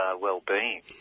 well-being